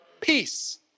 peace